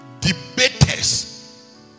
debaters